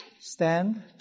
Stand